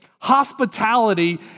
hospitality